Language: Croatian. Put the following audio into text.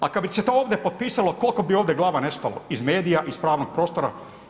A kad bi se to ovdje potpisalo koliko bi ovdje glava nestalo, iz medija, iz pravnog prostora?